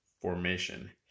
formation